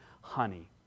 honey